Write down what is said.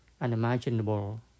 unimaginable